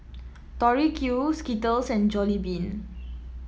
Tori Q Skittles and Jollibean